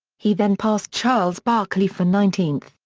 he then passed charles barkley for nineteenth,